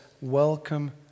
welcome